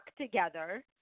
together